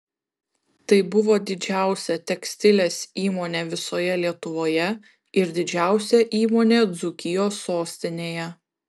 tai buvo didžiausia tekstilės įmonė visoje lietuvoje ir didžiausia įmonė dzūkijos sostinėje